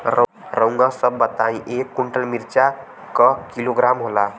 रउआ सभ बताई एक कुन्टल मिर्चा क किलोग्राम होला?